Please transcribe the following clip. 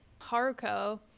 Haruko